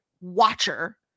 watcher